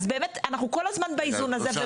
אנחנו כל הזמן באיזון הזה.